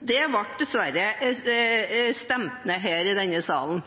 ble dessverre stemt ned her i denne salen.